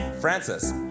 Francis